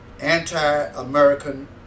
anti-American